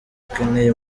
akeneye